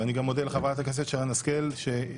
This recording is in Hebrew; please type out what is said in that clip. ואני גם מודה לחברת הכנסת שרן השכל שהסכימה,